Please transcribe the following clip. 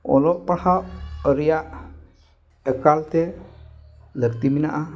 ᱚᱞᱚᱜ ᱯᱟᱲᱦᱟᱜ ᱨᱮᱭᱟᱜ ᱮᱠᱟᱞ ᱛᱮ ᱞᱟᱹᱠᱛᱤ ᱢᱮᱱᱟᱜᱼᱟ